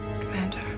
Commander